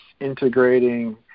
integrating